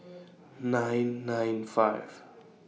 nine nine five